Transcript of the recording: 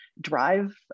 drive